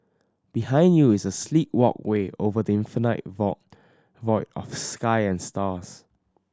behind you is a sleek walkway over the infinite void void of sky and stars